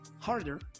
harder